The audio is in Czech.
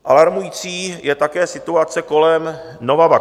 Alarmující je také situace kolem Novavaxu.